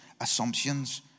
assumptions